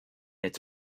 its